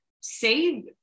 save